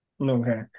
Okay